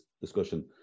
discussion